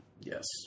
Yes